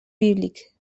bíblic